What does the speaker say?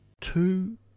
Two